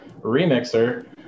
remixer